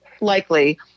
likely